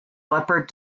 leopard